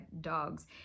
dogs